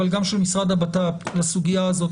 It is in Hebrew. אבל גם של משרד הבט"פ לסוגיה הזאת,